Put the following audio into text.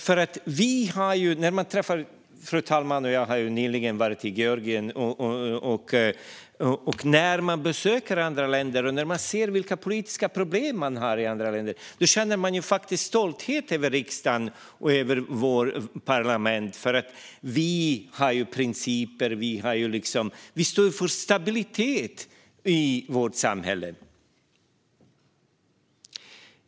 Fru talmannen och jag har nyligen varit i Georgien, och när man besöker andra länder och ser vilka politiska problem som finns där känner man faktiskt stolthet över riksdagen och vårt parlament. Vi har nämligen principer, och vi står för stabilitet i vårt samhälle.